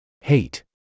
Hate